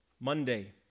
Monday